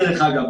דרך אגב,